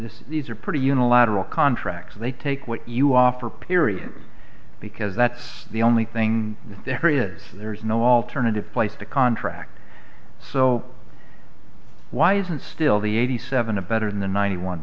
this is these are pretty unilateral contracts they take what you offer period because that's the only thing there is there is no alternative place to contract so why isn't still the eighty seven a better than the ninety one